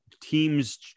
teams